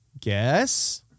Guess